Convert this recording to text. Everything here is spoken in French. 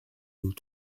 aux